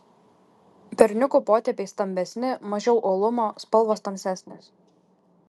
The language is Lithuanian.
berniukų potėpiai stambesni mažiau uolumo spalvos tamsesnės